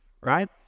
right